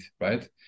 right